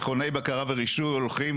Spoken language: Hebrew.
ממילא צריך לעשות עליה תוכנית איחוד וחלוקה,